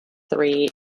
three